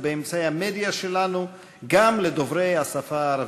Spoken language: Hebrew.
באמצעי המדיה שלנו גם לדוברי השפה הערבית.